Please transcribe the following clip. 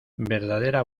verdadera